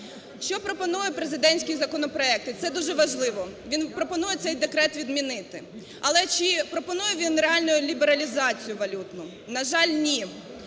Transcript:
Що пропонує президентський законопроект? Це дуже важливо. Він пропонує цей декрет відмінити, але чи пропонує він реальної лібералізацію валютну? На жаль, ні.